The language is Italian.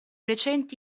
recenti